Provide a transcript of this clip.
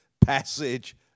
passage